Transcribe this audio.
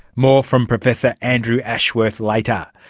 more from professor andrew ashworth later.